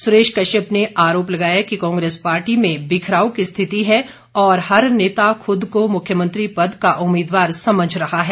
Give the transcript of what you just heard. सुरेश कश्यप ने आरोप लगाया कि कांग्रेस पार्टी में बिखराव की स्थिति है और हर नेता खुद को मुख्यमंत्री पद का उम्मीदवार समझ रहा है